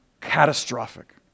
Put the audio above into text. catastrophic